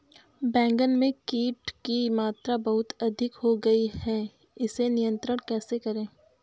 बैगन में कीट की मात्रा बहुत अधिक हो गई है इसे नियंत्रण कैसे करें?